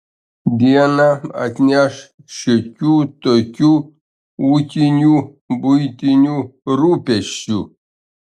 diena atneš šiokių tokių ūkinių buitinių rūpesčių